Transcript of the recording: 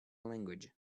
language